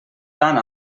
tant